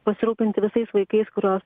pasirūpinti visais vaikais kuriuos